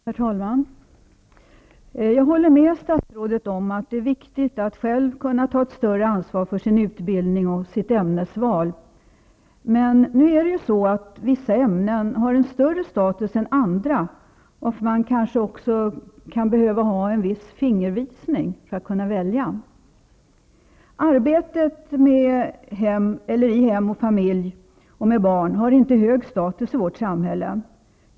Herr talman! Jag håller med statsrådet om att det är viktigt att själv kunna ta ett större ansvar för sin utbildning och sitt ämnesval. Men nu är det ju så, att vissa ämnen har högre status än andra, varför man kanske också behöver ha en viss fingervisning för att kunna välja. Arbetet i hem och familj, och med barn, har inte hög status i vårt samhälle.